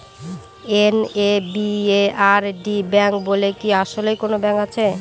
NABARD bank বলে কি আসলেই কোনো ব্যাংক আছে?